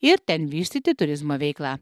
ir ten vystyti turizmo veiklą